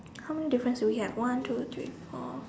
how many difference do we have one two three four